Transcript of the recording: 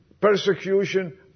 persecution